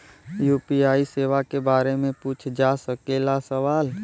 UPI सेवा के बारे में पूछ जा सकेला सवाल?